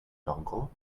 dongle